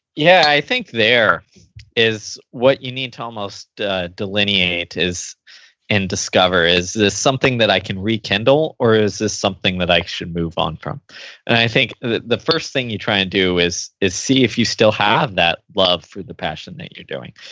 yeah, i think there is what you need to almost delineate and discover is this something that i can rekindle? or is this something that i should move on from? and i think the the first thing you try and do is is see if you still have that love for the passion that you're doing.